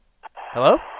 Hello